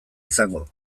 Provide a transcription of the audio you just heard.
izango